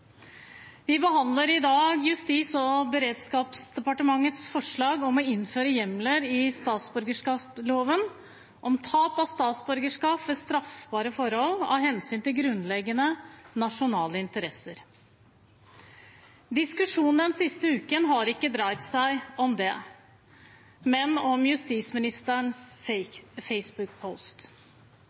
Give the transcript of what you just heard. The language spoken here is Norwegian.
Vi behandler i dag Justis- og beredskapsdepartementets forslag om å innføre hjemler i statsborgerloven om tap av statsborgerskap ved straffbare forhold av hensyn til grunnleggende nasjonale interesser. Diskusjonen den siste uken har ikke dreid seg om det, men om justisministerens